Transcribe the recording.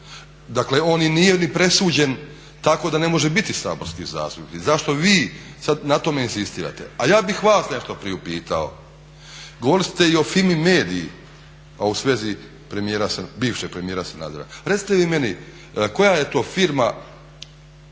Dakle on nije ni presuđen tako da ne može biti saborski zastupnik i zašto vi sad na tome inzistirate. A ja bih vas nešto priupitao, govorili ste i Fimi mediji, a u svezi bivšeg premijera Sanadera. Recite vi meni koja je to firma